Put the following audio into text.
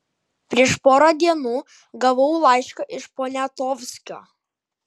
prieš porą dienų gavau laišką iš poniatovskio